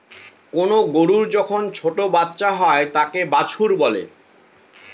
কোনো গরুর যখন ছোটো বাচ্চা হয় তাকে বাছুর বলে